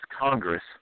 Congress